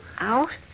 Out